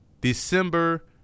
December